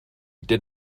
did